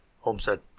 Homestead